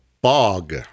Bog